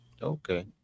Okay